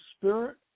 spirit